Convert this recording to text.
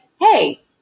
hey